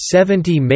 Seventy